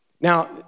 Now